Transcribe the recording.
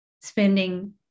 spending